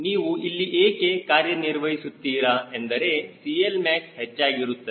ನೀವು ಇಲ್ಲಿ ಏಕೆ ಕಾರ್ಯನಿರ್ವಹಿಸುತ್ತಿರಾ ಎಂದರೆ CLmax ಹೆಚ್ಚಾಗಿರುತ್ತದೆ